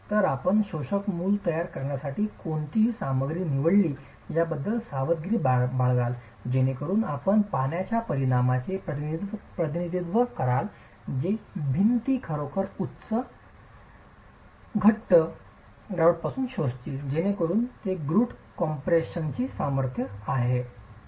तर आपण शोषक मूस तयार करण्यासाठी कोणती सामग्री निवडली याबद्दल सावधगिरी बाळगाल जेणेकरून आपण पाण्याच्या परिणामाचे प्रतिनिधित्व कराल जे भिंती खरोखर उच्च उंच घट्ट ग्रॉउट पासून शोषतील जेणेकरून ते ग्रूट कॉम्पॅप्रेशिंग सामर्थ्य आहे